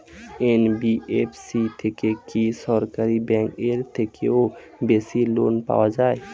NBFC থেকে কি সরকারি ব্যাংক এর থেকেও বেশি লোন পাওয়া যায়?